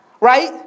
right